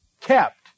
kept